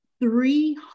Three